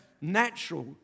natural